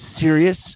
serious